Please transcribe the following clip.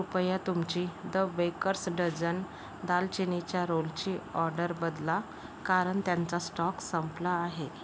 कृपया तुमची the bakers dozen दालचिनीच्या रोलची ऑर्डर बदला कारण त्यांचा स्टॉक संपला आहे